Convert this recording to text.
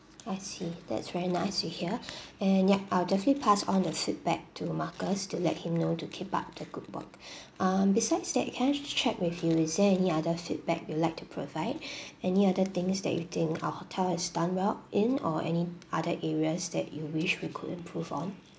I see that's very nice to hear and yup I'll definitely pass on the feedback to marcus to let him know to keep up the good work um besides that can I just check with you is there any other feedback you'd like to provide any other things that you think our hotel has done well in or any other areas that you wish we could improve on